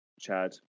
Chad